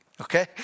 Okay